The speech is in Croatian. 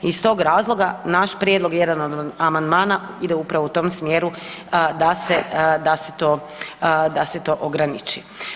I iz tog razloga naš prijedlog, jedan od amandmana ide upravo u tom smjeru da se to ograniči.